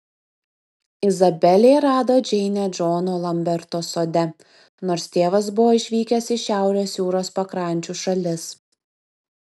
izabelė rado džeinę džono lamberto sode nors tėvas buvo išvykęs į šiaurės jūros pakrančių šalis